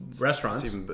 Restaurants